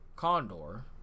Condor